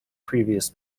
previous